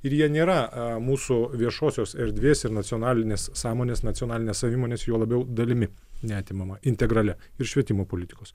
ir jie nėra a mūsų viešosios erdvės ir nacionalinės sąmonės nacionalinės savimonės juo labiau dalimi neatimama integralia ir švietimo politikos